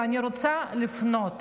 ואני רוצה לפנות